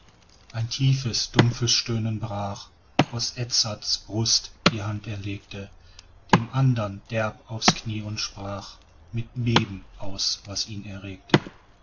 ein tiefes dumpfes stöhnen brach aus edzards brust die hand er legte dem andern derb aufs knie und sprach mit beben aus was ihn erregte